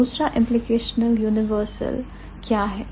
दूसरा implicational universal क्या है